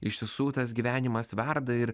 iš tiesų tas gyvenimas verda ir